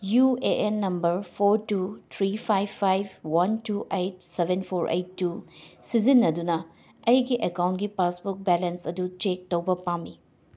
U A N number four two three five five one two eight seven four eight two ꯁꯤꯖꯤꯟꯅꯗꯨꯅ ꯑꯩꯒꯤ ꯑꯦꯀꯥꯎꯟꯒꯤ passbook balance ꯑꯗꯨ check ꯇꯧꯕ ꯄꯥꯝꯃꯤ